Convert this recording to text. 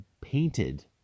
painted